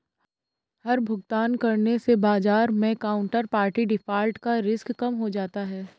हर भुगतान करने से बाजार मै काउन्टरपार्टी डिफ़ॉल्ट का रिस्क कम हो जाता है